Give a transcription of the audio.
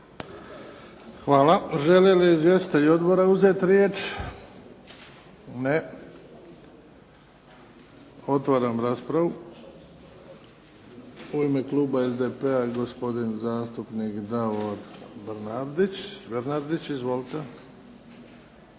Hvala. Žele li izvjestitelji Odbora uzeti riječ? Ne. Otvaram raspravu. U ime Kluba SDP-a gospodin zastupnik Davor Bernardić, izvolite.